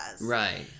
Right